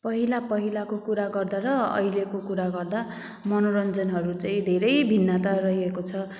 पहिला पहिलाको कुरा गर्दा र अहिलेको कुरा गर्दा मनोरञ्जनहरू चाहिँ धेरै भिन्नता रहेको छ